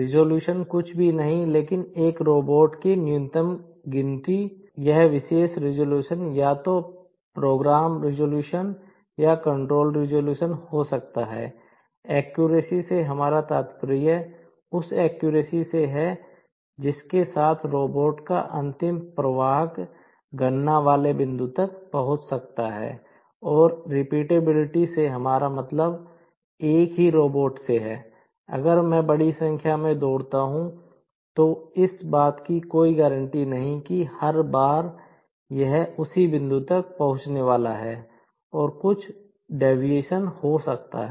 resolution है